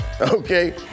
Okay